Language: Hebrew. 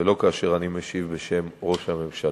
ולא כאשר אני משיב בשם ראש הממשלה,